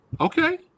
Okay